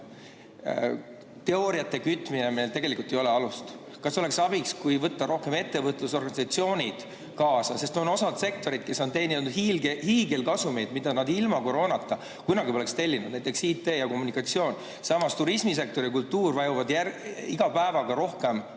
teooriate kütmine, millel tegelikult ei ole alust? Kas oleks abiks, kui haarata rohkem ettevõtlusorganisatsioone kaasa? Osa sektoreid on teeninud hiigelkasumeid, mida nad ilma koroonata kunagi poleks teeninud, näiteks IT ja kommunikatsioon. Samas, turismisektor ja kultuur vajuvad iga päevaga rohkem